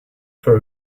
for